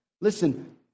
Listen